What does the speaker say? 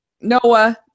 Noah